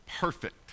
perfect